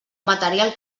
material